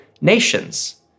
nations